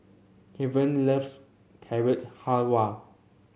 Kevan loves Carrot Halwa